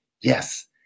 Yes